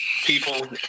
people